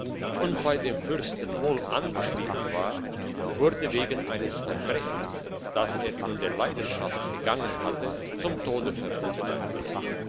und bei dem fürsten wohl angeschrieben war wurde wegen eines verbrechens das er in der leidenschaft begangen hatte zum tode verurteilt